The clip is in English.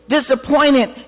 disappointed